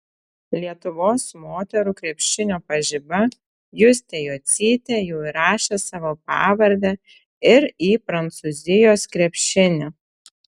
lietuvos moterų krepšinio pažiba justė jocytė jau įrašė savo pavardę ir į prancūzijos krepšinį